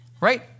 right